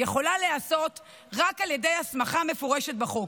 יכולה להיעשות רק על ידי הסמכה מפורשת בחוק.